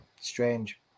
Strange